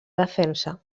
defensa